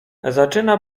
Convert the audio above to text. zaczyna